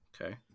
okay